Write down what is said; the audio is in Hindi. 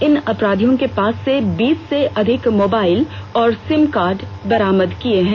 इन अपराधियों के पास से बीस से ॅ अधिक मोबाइल और सिमकार्ड बरामद किए हैं